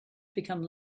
become